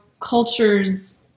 cultures